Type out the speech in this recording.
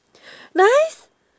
nice